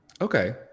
Okay